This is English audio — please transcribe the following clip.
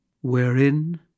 wherein